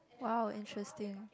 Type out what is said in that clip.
!wow! interesting